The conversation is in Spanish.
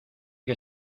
que